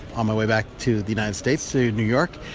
ah my way back to the united states to new york.